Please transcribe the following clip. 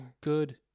good